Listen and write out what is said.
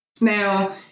Now